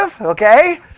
okay